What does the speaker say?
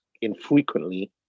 infrequently